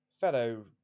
fellow